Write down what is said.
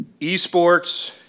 Esports